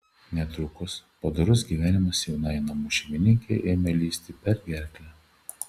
netrukus padorus gyvenimas jaunai namų šeimininkei ėmė lįsti per gerklę